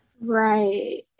right